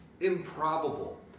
improbable